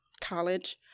college